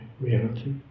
reality